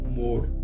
more